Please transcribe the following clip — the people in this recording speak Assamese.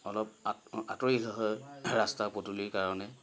অলপ আঁতৰি হয় ৰাস্তা পদূলিৰ কাৰণে